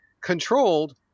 controlled